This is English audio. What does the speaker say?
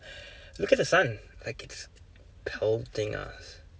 look at the sun like it's taunting us